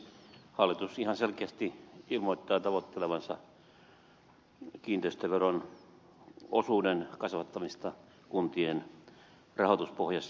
hallitus ihan selkeästi ilmoittaa tavoittelevansa kiinteistöveron osuuden kasvattamista kuntien rahoituspohjassa